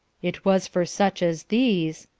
it was for such as these,